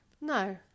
No